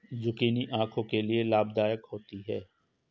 zucchini आंखों के लिए लाभदायक होती है